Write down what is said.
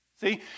See